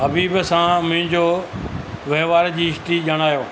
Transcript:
हबीब सां मुंहिंजो वहिंवार जी हिस्ट्री ॼाणायो